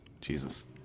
Jesus